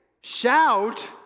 shout